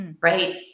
Right